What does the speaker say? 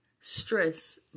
Stress